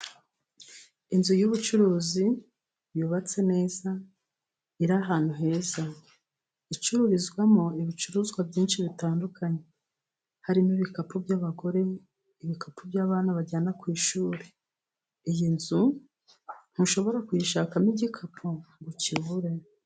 Inzu y'ubucuruzi yubatse neza, iri ahantu heza, icururizwamo ibicuruzwa byinshi bitandukanye. Harimo ibikapu by'abagore, ibikapu by'abana bajyana ku ishuri. Iyi nzu ntushobora kuyishakamo igikapu ngo ukibure.